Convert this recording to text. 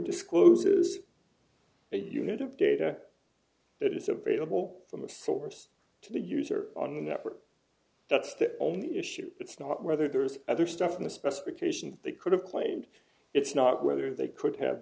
discloses a unit of data that is available from a source to the user on the network that's the only issue it's not whether there's other stuff in the specification they could have claimed it's not whether they could have